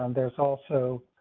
there's also